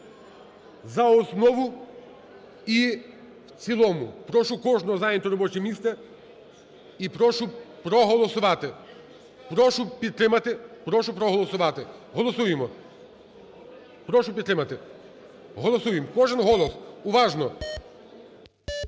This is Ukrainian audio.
за основу і в цілому. Прошу кожного зайняти робоче місце і прошу проголосувати. Прошу підтримати. Прошу проголосувати. Голосуємо. Прошу підтримати. Голосуємо. Кожен голос. Уважно!